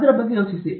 ಅದರ ಬಗ್ಗೆ ಯೋಚಿಸಿ